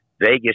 Vegas